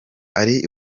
ari